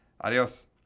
Adios